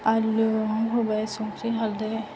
आलुवाव होबाय संख्रि हालदै